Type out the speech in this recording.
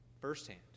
firsthand